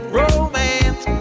romance